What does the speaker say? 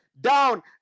down